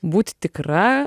būti tikra